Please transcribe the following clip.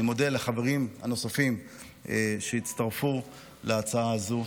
אני מודה לחברים הנוספים שהצטרפו להצעה הזאת.